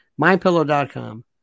MyPillow.com